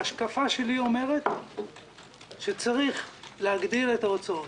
ההשקפה שלי אומרת שצריך להגדיר את ההוצאות